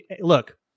look